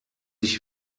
ich